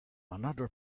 another